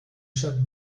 stadt